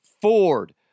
Ford